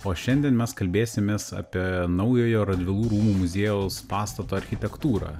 o šiandien mes kalbėsimės apie naujojo radvilų rūmų muziejaus pastato architektūrą